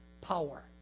power